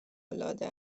العاده